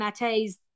Mate's